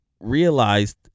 Realized